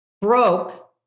broke